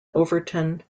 overton